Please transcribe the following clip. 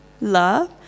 love